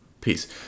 peace